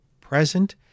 present